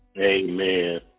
Amen